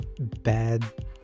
bad